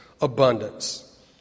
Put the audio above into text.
abundance